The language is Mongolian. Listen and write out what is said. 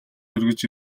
эргэж